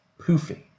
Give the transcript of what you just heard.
poofy